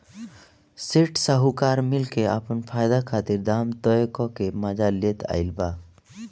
सेठ साहूकार मिल के आपन फायदा खातिर दाम तय क के मजा लेत आइल बा